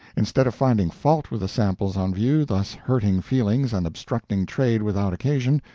instead of finding fault with the samples on view, thus hurting feelings and obstructing trade without occasion,